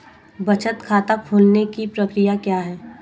बचत खाता खोलने की प्रक्रिया क्या है?